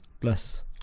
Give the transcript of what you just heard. Bless